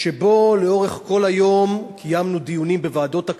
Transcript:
ולאורך כל היום קיימנו דיונים בוועדות הכנסת.